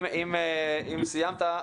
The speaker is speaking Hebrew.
אם סיימת,